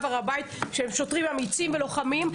הר הבית שהם שוטרים אמיצים ולוחמים.